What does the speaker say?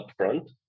upfront